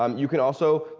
um you can also,